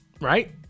right